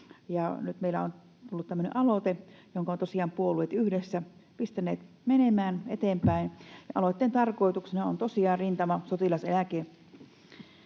Nyt meille on tullut tämmöinen aloite, jonka ovat tosiaan puolueet yhdessä pistäneet menemään eteenpäin. Aloitteen tarkoituksena on tosiaan rintamasotilaseläkelain